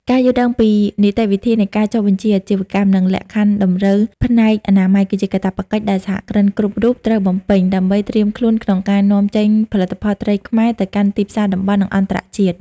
ការយល់ដឹងពីនីតិវិធីនៃការចុះបញ្ជីអាជីវកម្ម និងលក្ខខណ្ឌតម្រូវផ្នែកអនាម័យ គឺជាកាតព្វកិច្ចដែលសហគ្រិនគ្រប់រូបត្រូវបំពេញ ដើម្បីត្រៀមខ្លួនក្នុងការនាំចេញផលិតផលត្រីខ្មែរទៅកាន់ទីផ្សារតំបន់ និងអន្តរជាតិ។